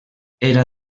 era